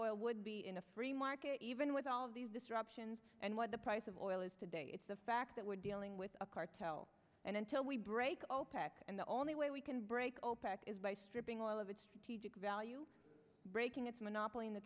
oil would be in a free market even with all these disruptions and what the price of oil is today it's the fact that we're dealing with a cartel and until we break opec and the only way we can break opec is by stripping oil of its strategic value breaking its monopoly